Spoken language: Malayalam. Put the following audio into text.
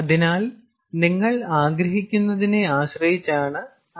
അതിനാൽ നിങ്ങൾ ആഗ്രഹിക്കുന്നതിനെ ആശ്രയിച്ചാണ് അത്